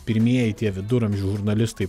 pirmieji tie viduramžių žurnalistai